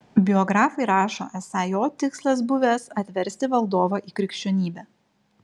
biografai rašo esą jo tikslas buvęs atversti valdovą į krikščionybę